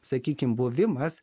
sakykim buvimas